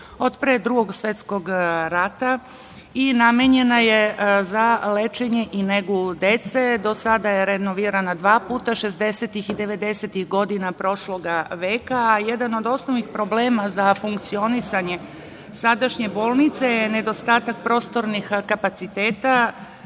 od pre Drugog svetskog rata i namenjena je za lečenje i negu dece. Do sada je renovirana dva puta 60-ih i 90-ih godina prošloga veka. Jedan od osnovnih problema za funkcionisanje sadašnje bolnice je nedostatak prostornih kapaciteta,